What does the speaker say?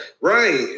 Right